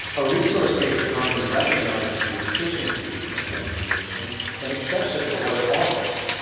a resource-based economy recognizes the efficiency of mechanization and accepts it for what it offers.